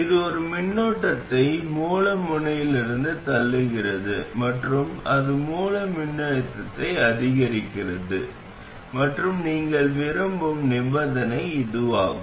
இது ஒரு மின்னோட்டத்தை மூல முனையில் தள்ளுகிறது மற்றும் அது மூல மின்னழுத்தத்தை அதிகரிக்கிறது மற்றும் நீங்கள் விரும்பும் நிபந்தனை இதுவாகும்